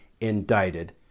indicted